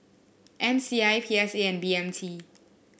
M C I P S A and B M T